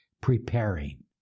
Preparing